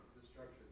Destruction